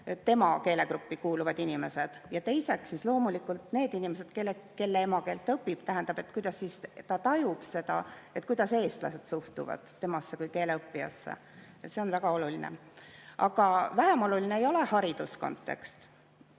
tema keelegruppi kuuluvad inimesed, ja teiseks, loomulikult need inimesed, kelle emakeelt ta õpib. Tähendab, kuidas ta tajub seda, kuidas eestlased suhtuvad temasse kui keele õppijasse. See on väga oluline. Aga vähem oluline ei ole hariduskontekst.